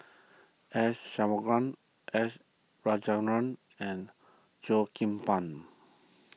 S S Rajendran and Cheo Kim Ban